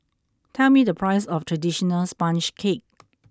tell me the price of traditional sponge cake